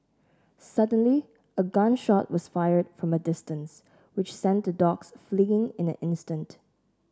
suddenly a gun shot was fired from a distance which sent the dogs fleeing in an instant